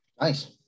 Nice